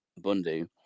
Bundu